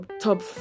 top